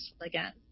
again